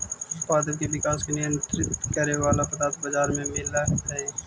पादप के विकास के नियंत्रित करे वाला पदार्थ बाजार में मिलऽ हई